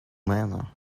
manner